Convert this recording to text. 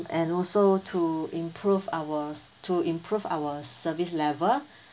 and also to improve our s~ to improve our service level